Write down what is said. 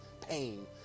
pain